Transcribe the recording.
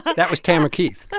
ah that was tamara keith.